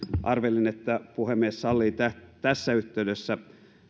arvelin että puhemies sallii tässä yhteydessä